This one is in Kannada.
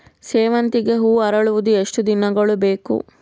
ಸೇವಂತಿಗೆ ಹೂವು ಅರಳುವುದು ಎಷ್ಟು ದಿನಗಳು ಬೇಕು?